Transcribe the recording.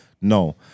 No